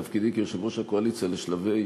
בתפקידי כיושב-ראש הקואליציה, לשלבי